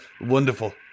Wonderful